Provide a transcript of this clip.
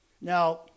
Now